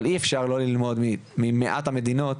אבל אי אפשר לא ללמוד ממעט המדינות,